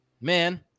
man